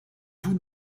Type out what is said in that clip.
vous